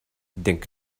denk